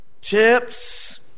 chips